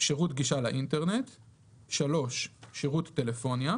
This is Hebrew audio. גישה לאינטרנט; שירות טלפוניה,"